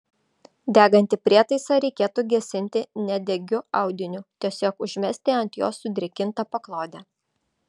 degantį prietaisą reikėtų gesinti nedegiu audiniu tiesiog užmesti ant jo sudrėkintą paklodę